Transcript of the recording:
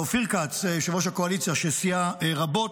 לאופיר כץ יושב-ראש הקואליציה שסייע רבות,